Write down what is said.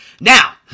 Now